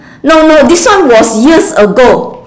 no no this one was years ago